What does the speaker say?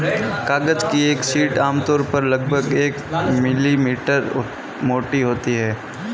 कागज की एक शीट आमतौर पर लगभग एक मिलीमीटर मोटी होती है